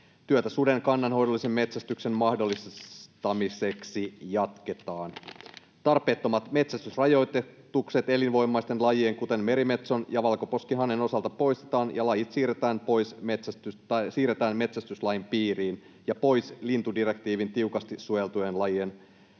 Työtä suden kannanhoidollisen metsästyksen mahdollistamiseksi jatketaan. Tarpeettomat metsästysrajoitukset elinvoimaisten lajien, kuten merimetson ja valkoposkihanhen, osalta poistetaan ja lajit siirretään metsästyslain piiriin ja pois lintudirektiivin tiukasti suojeltujen lajien